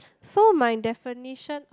so my definition